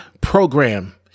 program